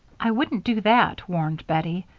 i wouldn't do that, warned bettie.